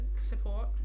support